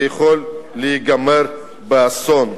זה יכול להיגמר באסון.